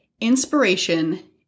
inspiration